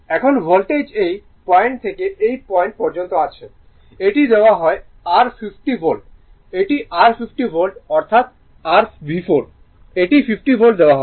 এখন ভোল্টেজ এই পয়েন্ট থেকে এই পয়েন্ট পর্যন্ত আছে এটি দেওয়া হয় r 50 ভোল্ট এটি r 50 ভোল্ট অর্থাৎ r V4 এটি 50 ভোল্ট দেওয়া হয়